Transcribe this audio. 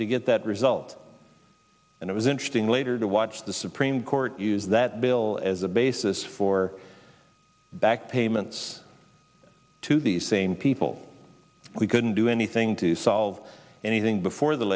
to get that result and it was interesting later to watch the supreme court use that bill as a basis for back payments to these same people we couldn't do anything to say all of anything before the